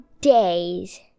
days